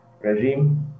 regime